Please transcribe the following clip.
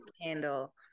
handle